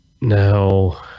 now